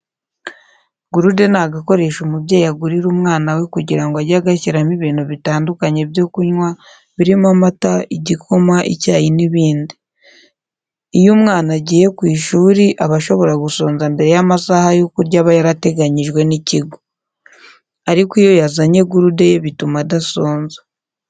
Gurude ni agakoresho umubyeyi agurira umwana we kugira ngo ajye agashyiramo ibintu bitandukanye byo kunywa birimo amata, igikoma, icyayi n'ibindi. Iyo umwana agiye ku ishuri aba ashobora gusonza mbere y'amasaha yo kurya aba yarateganyijwe n'ikigo. Ariko iyo yazanye gurude ye bituma adasonza.